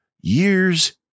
Year's